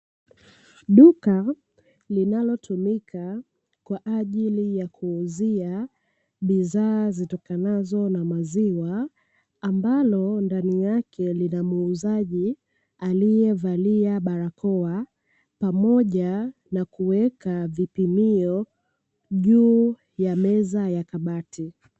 Duka linalotumika kwa ajili ya kuuzia bidhaa zitokanazo na maziwa, ambalo ndani yake lina muuzaji aliyevalia barakoa pamoja na kuweka vipimio juu ya meza ya kabati.